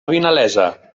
vinalesa